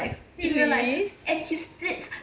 really